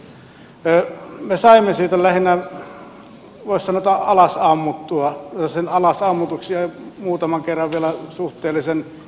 me saimme sen lähinnä voisi sanoa että alas ammutuksi ja muutaman kerran vielä suhteellisen ivalliseen äänensävyyn